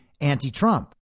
anti-Trump